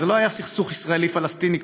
זה לא היה סכסוך ישראלי פלסטיני,